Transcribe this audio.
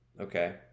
Okay